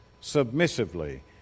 Submissively